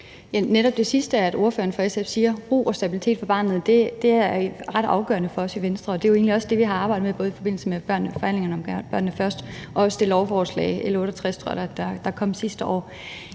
Netop det sidste, som ordføreren fra SF siger om ro og stabilitet for barnet, er ret afgørende for os i Venstre, og det er jo egentlig også det, vi har arbejdet med både i forbindelse med forhandlingerne om børnene først og også i forbindelse med det lovforslag, L 68, der kom sidste år.